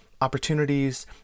opportunities